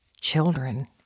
children